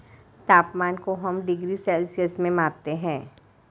तापमान को हम डिग्री सेल्सियस में मापते है